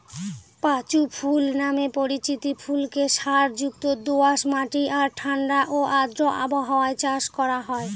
পাঁচু ফুল নামে পরিচিত ফুলকে সারযুক্ত দোআঁশ মাটি আর ঠাণ্ডা ও আর্দ্র আবহাওয়ায় চাষ করা হয়